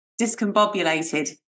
discombobulated